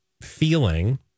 feeling